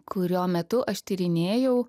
kurio metu aš tyrinėjau